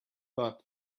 but